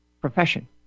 profession